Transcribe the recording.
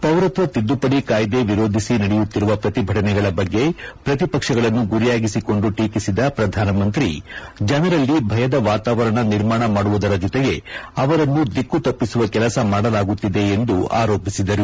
ಪೌರತ್ವ ತಿದ್ದುಪಡಿ ಕಾಯ್ದೆ ವಿರೋಧಿಸಿ ನಡೆಯುತ್ತಿರುವ ಪ್ರತಿಭಟನೆಗಳ ಬಗ್ಗೆ ಪ್ರತಿಪಕ್ಷಗಳನ್ನು ಗುರಿಯಾಗಿಸಿಕೊಂಡು ಟೀಕಿಸಿದ ಪ್ರಧಾನಮಂತ್ರಿ ಜನರಲ್ಲಿ ಭಯದ ವಾತಾವರಣ ನಿರ್ಮಾಣ ಮಾಡುವುದರ ಜೊತೆಗೆ ಅವರನ್ನು ದಿಕ್ಕು ತಪ್ಪಿಸುವ ಕೆಲಸ ಮಾಡಲಾಗುತ್ತಿದೆ ಎಂದು ಆರೋಪಿಸಿದರು